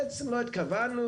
בכל מקום התופעה חוזרת על עצמה.